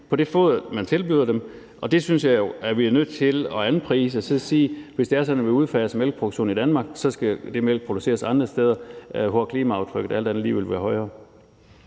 på det foder, man tilbyder dem. Det synes jeg jo vi er nødt til at anprise; og så må vi sige, at hvis det er sådan, at vi udfaser mælkeproduktionen i Danmark, så skal den mælk produceres andre steder, hvor klimaaftrykket alt andet lige vil være større.